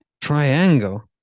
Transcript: Triangle